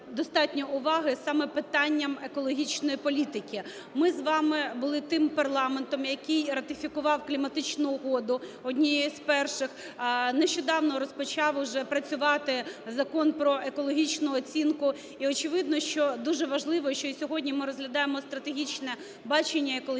достатньо уваги саме питанням екологічної політики. Ми з вами були тим парламентом, який ратифікував Кліматичну угоду однією з перших. Нещодавно розпочав уже працювати Закон про екологічну оцінку і очевидно, що дуже важливо, що і сьогодні ми розглядаємо стратегічне бачення екологічної